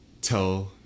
tell